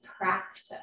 practice